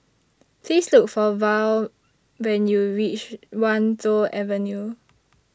Please Look For Val when YOU REACH Wan Tho Avenue